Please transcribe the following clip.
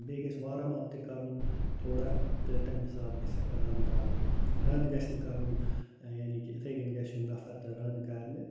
بیٚیہِ گژھِ وارَم اَپ تہِ کَرُن تھوڑا تہٕ تَمہِ حساب گژھِ رَن کَرُن رَن گژھِ نہٕ کَرُن یعنی کہِ یِتھَے کَنۍ گژھِ یُن نَفر تہٕ رَنہٕ کَرنہِ